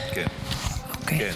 המשלחת,